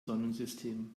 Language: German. sonnensystem